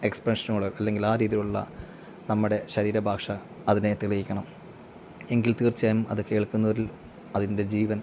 എക്സ്പ്രഷനുകൾ അല്ലെങ്കിൽ ആ രീതിയിലുള്ള നമ്മുടെ ശരീര ഭാഷ അതിനെ തെളിയിക്കണം എങ്കിൽ തീർച്ചയായും അത് കേൾക്കുന്നവരിൽ അതിൻ്റെ ജീവൻ